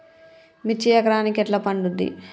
మిర్చి ఎకరానికి ఎట్లా పండుద్ధి?